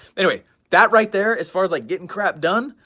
anyway, that right there as far as like getting crap done,